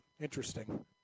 Interesting